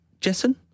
Jessen